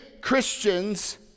Christians